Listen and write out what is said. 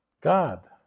God